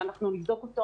שאנחנו נבדוק אותו,